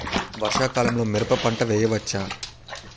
వర్షాకాలంలో మిరప పంట వేయవచ్చా?